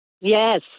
Yes